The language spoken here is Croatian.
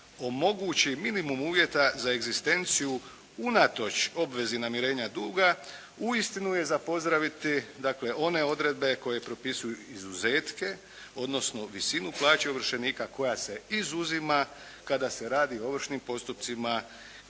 omogući minimum uvjeta za egzistenciju unatoč obvezi namirenja duga, uistinu je za pozdraviti dakle one odredbe koje propisuju izuzetke, odnosno visinu plaće ovršenika koja se izuzima kada se radi o ovršnim postupcima,